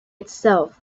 itself